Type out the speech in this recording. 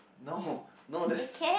no no that's